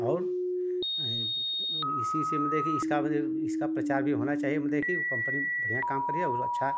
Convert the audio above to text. और ओ इसी से मतलब कि इसका मतलब इसका प्रचार भी होना चाहिए मतलब कि कम्पनी बढ़िया काम कर रही है और अच्छा